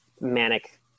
manic